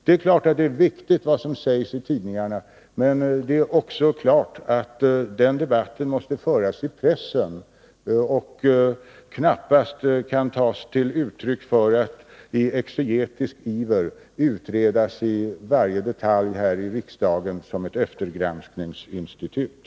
Det är klart att det är viktigt vad som sägs i tidningarna, men det är också klart att den debatten måste föras i pressen och knappast kan tas till intäkt för att i exegetisk iver utredas i varje detalj här i riksdagen som ett eftergranskningsinstitut.